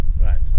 Right